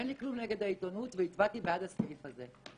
אין לי כלום נגד העיתונות והצבעתי בעד הסעיף הזה.